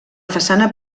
façana